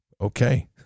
Okay